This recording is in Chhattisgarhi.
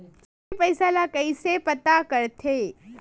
शून्य पईसा ला कइसे पता करथे?